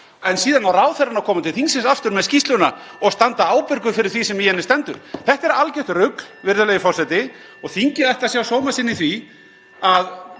en síðan á ráðherrann að koma til þingsins aftur með skýrsluna og standa ábyrgur fyrir því sem í henni stendur — þetta er algert rugl, virðulegi forseti. Og þingið ætti að sjá sóma sinn í því að